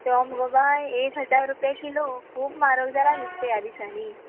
तो मगो बाय एक हजार रुपया किलो खूब म्हारग जाला नुस्तें ह्या दिसांनी